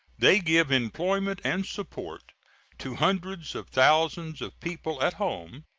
they give employment and support to hundreds of thousands of people at home,